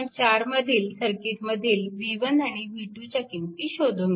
4 मधील सर्किट मधील v1 आणि v2 च्या किंमती शोधून काढा